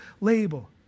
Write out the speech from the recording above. label